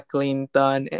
Clinton